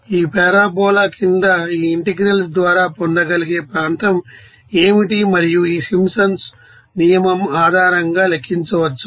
ఈ పారాబొలా కింద ఈ ఇంటిగ్రల్స్ ద్వారా పొందగలిగే ప్రాంతం ఏమిటి మరియు ఈ సింప్సన్స్ నియమం ఆధారంగ లెక్కించవచ్చు